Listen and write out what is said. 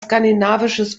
skandinavisches